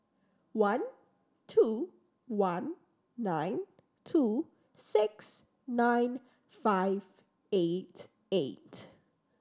one two one nine two six nine five eight eight